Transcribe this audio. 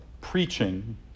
preaching